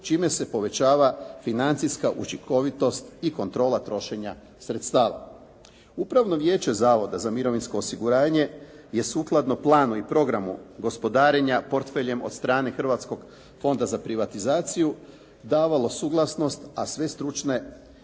čime se povećava financijska učinkovitost i kontrola trošenja sredstava. Upravno vijeće Zavoda za mirovinsko osiguranje je sukladno planu i programu gospodarenja portfelje od strane Hrvatskog fonda za privatizaciju davalo suglasnost a sve stručne